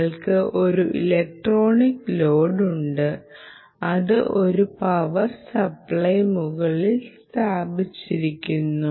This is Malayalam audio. നിങ്ങൾക്ക് ഒരു ഇലക്ട്രോണിക് ലോഡ് ഉണ്ട് അത് ഒരു പവർ സപ്ലൈക്ക് മുകളിൽ സ്ഥാപിച്ചിരിക്കുന്നു